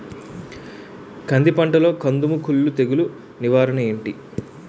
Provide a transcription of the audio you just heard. కంది పంటలో కందము కుల్లు తెగులు నివారణ ఏంటి?